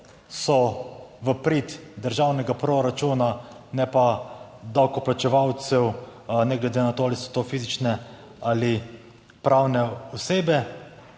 so v prid državnega proračuna, ne pa davkoplačevalcev, ne glede na to, ali so to fizične ali pravne osebe.